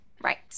Right